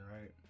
right